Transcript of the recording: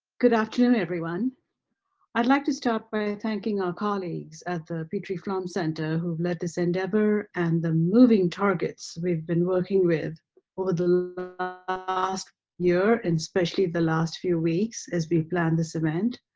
good afternoon everyone i'd like to start by thanking our colleagues at the petrie flom center who led this endeavor and the moving targets targets we've been working with for the last year, and especially the last few weeks as we planned this event.